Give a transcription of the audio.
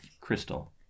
Crystal